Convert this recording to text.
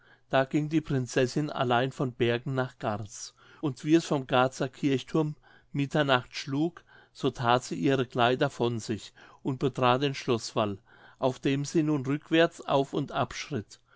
da ging die prinzessin allein von bergen nach garz und wie es vom garzer kirchthurm mitternacht schlug so that sie ihre kleider von sich und betrat den schloßwall auf dem sie nun rückwärts auf und